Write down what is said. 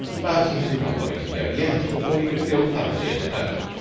but he had a long way to go yet before he could feel thoroughly at home.